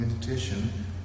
meditation